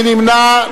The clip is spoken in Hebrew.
מי נמנע?